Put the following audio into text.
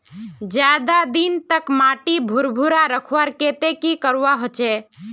ज्यादा दिन तक माटी भुर्भुरा रखवार केते की करवा होचए?